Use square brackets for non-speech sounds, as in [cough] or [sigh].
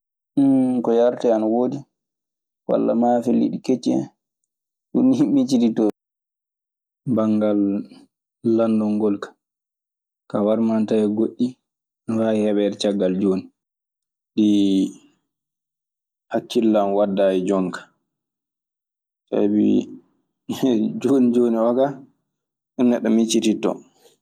[hesitation] koyarate ana wodi, wala mafe liddi keci hen. Dun ni micittitoni [laughs] banngal lanndungol kaa. Kaa warmaa na tawee goɗɗi ne waawi heɓeede caggal jooni. Ɗi hakkille am waddaani jooni ka sabi [laughs] jooni jooni ka, ɗi neɗɗo mijjitinto.